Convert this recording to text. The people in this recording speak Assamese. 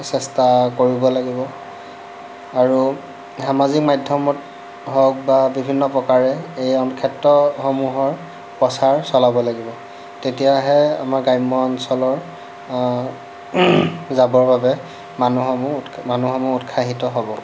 চেষ্টা কৰিব লাগিব আৰু সামাজিক মাধ্যমত হওক বা বিভিন্ন প্ৰকাৰে এই ক্ষেত্ৰসমূহৰ প্ৰচাৰ চলাব লাগিব তেতিয়াহে আমাৰ গ্ৰাম্য অঞ্চলৰ যাবৰ বাবে মানুহসমূহ উৎখা মানুহসমূহ উৎসাহিত হ'ব